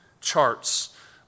charts